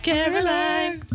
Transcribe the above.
Caroline